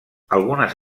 algunes